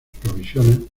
provisiones